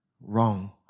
wrong